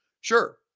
Sure